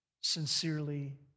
sincerely